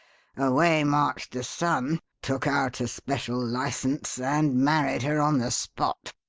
away marched the son, took out a special license, and married her on the spot.